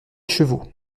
chevaux